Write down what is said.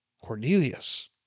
Cornelius